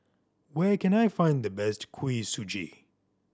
where can I find the best Kuih Suji